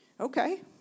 okay